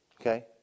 okay